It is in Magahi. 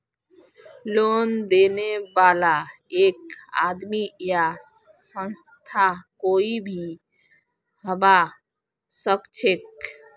लोन देने बाला एक आदमी या संस्था कोई भी हबा सखछेक